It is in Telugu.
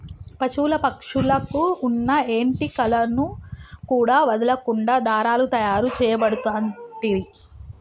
పశువుల పక్షుల కు వున్న ఏంటి కలను కూడా వదులకుండా దారాలు తాయారు చేయబడుతంటిరి